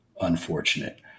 unfortunate